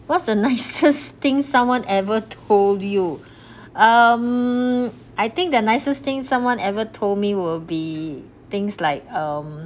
what's the nicest thing someone ever told you um I think the nicest thing someone ever told me will be things like um